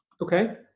okay